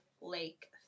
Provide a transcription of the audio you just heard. lake